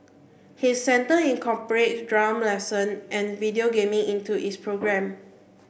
his centre incorporate drum lesson and video gaming into its programme